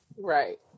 Right